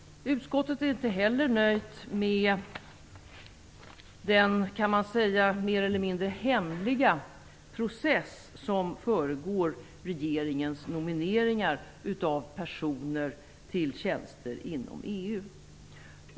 Utskottet är inte heller nöjt med den mer eller mindre hemliga process som föregår regeringens nomineringar av personer till tjänster inom EU.